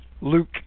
Luke